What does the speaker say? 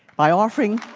by offering